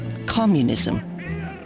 Communism